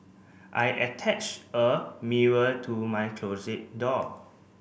I attach a mirror to my closet door